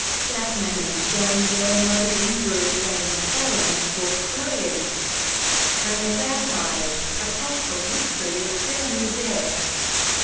jackman and the film were noted in bruce a. mcclelland's book slayers and their vampires a cultural history of killing the dead.